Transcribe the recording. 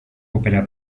opera